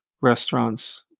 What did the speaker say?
restaurants